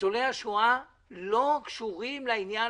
ניצולי השואה לא קשורים לעניין,